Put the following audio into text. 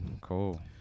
cool